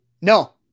No